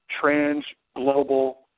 trans-global